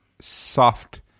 soft